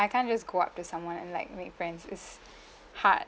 I can't just go up to someone and like make friends it's hard